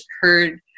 heard